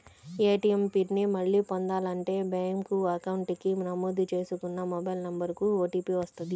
ATM PIN ని మళ్ళీ పొందాలంటే బ్యేంకు అకౌంట్ కి నమోదు చేసుకున్న మొబైల్ నెంబర్ కు ఓటీపీ వస్తది